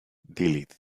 delete